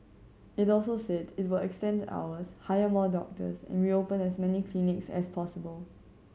it also said it will extend hours hire more doctors and reopen as many clinics as possible